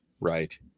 Right